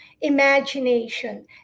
imagination